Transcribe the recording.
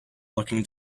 looking